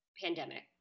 pandemic